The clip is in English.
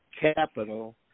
Capital